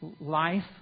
life